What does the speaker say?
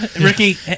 ricky